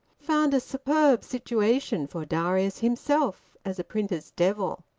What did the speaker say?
found a superb situation for darius himself as a printer's devil.